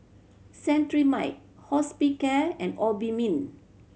Cetrimide Hospicare and Obimin